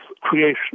creation